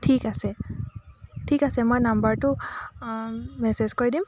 ঠিক আছে ঠিক আছে মই নম্বৰটো মেছেজ কৰি দিম